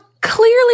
clearly